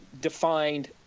defined